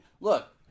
look